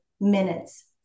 minutes